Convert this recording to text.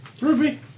Ruby